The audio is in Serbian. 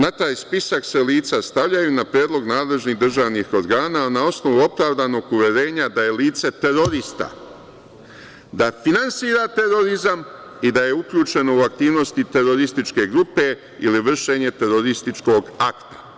Na taj spisak se lica stavljaju na predlog nadležnih državnih organa, na osnovu opravdanog uverenja da je lice terorista, da finansira terorizam i da je uključeno u aktivnosti terorističke grupe ili vršenje terorističkog akta.